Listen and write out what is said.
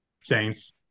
Saints